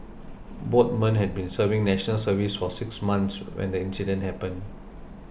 both men had been serving National Service for six months when the incident happened